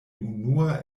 unua